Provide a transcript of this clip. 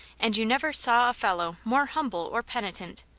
and you never saw a fellow more humble or penitent.